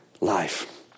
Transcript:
life